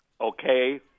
okay